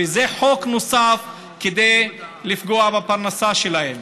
וזה חוק נוסף כדי לפגוע בפרנסה שלהם.